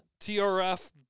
TRF